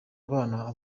abana